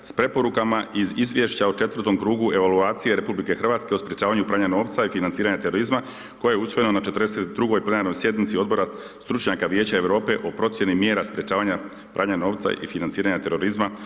KZ-a s preporukama iz izvješća o četvrtom krugu evaluacije RH o sprječavanju pranja novca i financiranja terorizma koje je usvojeno na 42. plenarnoj sjednici Odbora stručnjaka Vijeća Europe o procjeni mjera sprječavanja pranja novca i financiranja terorizma